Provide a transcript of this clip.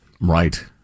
Right